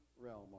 realm